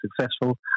successful